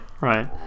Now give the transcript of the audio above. right